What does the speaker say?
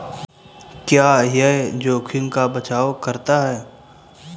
क्या यह जोखिम का बचाओ करता है?